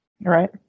Right